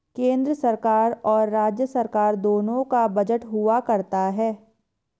केन्द्र सरकार और राज्य सरकार दोनों का बजट हुआ करता है